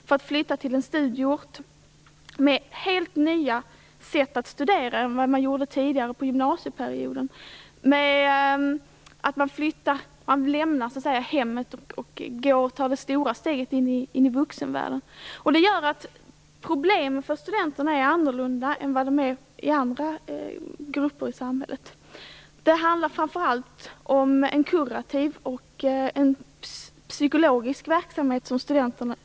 De kommer till en studieort, med ett helt nytt sätt att studera i jämförelse med gymnasiet. De lämnar hemmet och tar ett stort steg in i vuxenvärlden. Det gör att problemen för studenterna är annorlunda i förhållande till andra grupper i samhället. Studentkårerna bedriver främst en kurativ och psykologisk verksamhet.